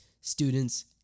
students